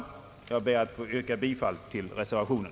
Jag ber att få yrka bifall till reservationen.